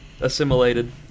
assimilated